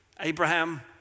Abraham